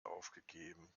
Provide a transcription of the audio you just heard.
aufgegeben